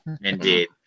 indeed